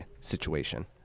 situation